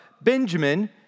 Benjamin